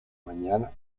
mañana